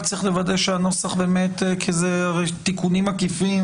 רק צריך לוודא שהנוסח ברור כי אלה תיקונים עקיפים